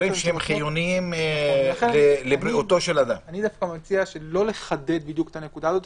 אני מציע לא לחדד את הנקודה הזאת,